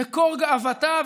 מקור גאוותה,